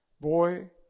boy